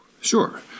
Sure